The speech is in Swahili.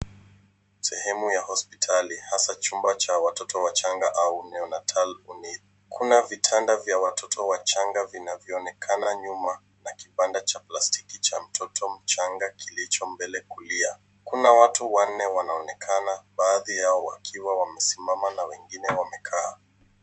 Sehemu ya hospitali hasa chumba cha watoto wachanga au neonatal unit . Kuna vitanda vya watoto wachanga vinavyoonekana nyuma na kibanda cha plastiki cha mtoto mchanga kilicho mbele kulia. Kuna watu wanne wanaonekana, baadhi yao wakiwa wamesimama na wengine wamekaa.